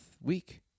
week